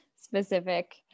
specific